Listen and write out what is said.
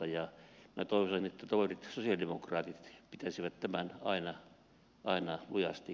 minä toivoisin että toverit sosialidemokraatit pitäisivät tämän aina lujasti mielessä